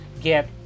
get